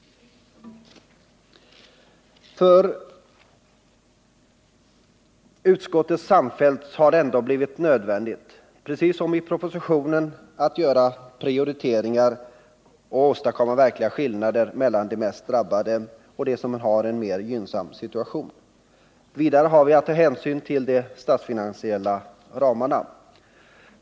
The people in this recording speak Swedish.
För utskottet samfällt har det ändå blivit nödvändigt, precis som i propositionen, att göra en prioritering som åstadkommer verkliga skillnader mellan de mest drabbade och dem som har en mer gynnsam situation. Vidare har vi att ta hänsyn till de statsfinansiella ramarna.